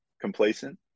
complacent